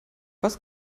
was